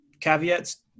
caveats